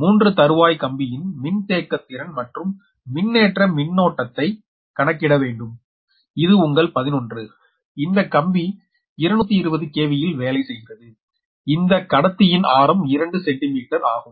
transposed double circuit 3 தருவாய் கம்பியின் மின்தேக்கத்திறன் மட்டும் மின்னேற்ற மின்னோட்டத்தை கணக்கிட வேண்டும் இது உங்கள் 11 இந்த கம்பி 220 KV யில் வேலை செய்கிறது இந்த கடத்தியின் ஆரம் 2 சென்டிமீட்டர் ஆகும்